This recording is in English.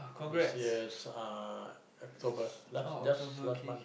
this year s~ uh October last just last month